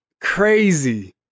Crazy